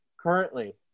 currently